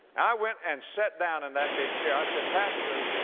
i went and sat down in that big chair. i said, pastor,